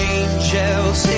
angels